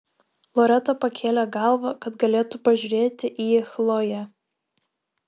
loreta pakėlė galvą kad galėtų pažiūrėti į chloję